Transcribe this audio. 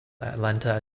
atlanta